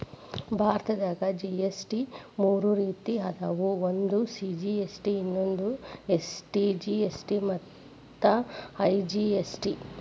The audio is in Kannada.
ಭಾರತದಾಗ ಜಿ.ಎಸ್.ಟಿ ಮೂರ ರೇತಿ ಅದಾವ ಒಂದು ಸಿ.ಜಿ.ಎಸ್.ಟಿ ಇನ್ನೊಂದು ಎಸ್.ಜಿ.ಎಸ್.ಟಿ ಮತ್ತ ಐ.ಜಿ.ಎಸ್.ಟಿ